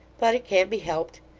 but it can't be helped.